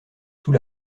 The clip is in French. sous